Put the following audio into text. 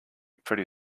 pretty